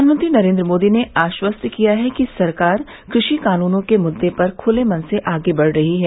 प्रधानमंत्री नरेन्द्र मोदी ने आश्वस्त किया है कि सरकार कृषि कानूनों के मुद्दे पर खुले मन से आगे बढ रही है